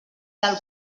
del